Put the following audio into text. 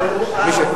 אבל הוא בעד.